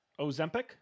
Ozempic